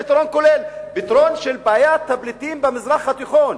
פתרון של בעיית הפליטים במזרח התיכון,